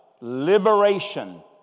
liberation